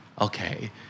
Okay